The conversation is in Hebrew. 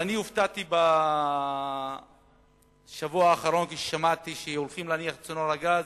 אני הופתעתי בשבוע האחרון כששמעתי שהולכים להניח את צינור הגז.